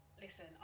listen